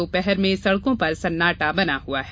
दोपहर में सड़कों पर सन्नाटा बना रहता है